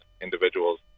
individuals